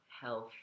health